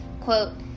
Quote